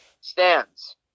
stands